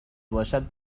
باشد